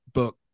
book